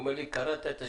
הוא אמר לי: קראת את השאלה?